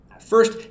First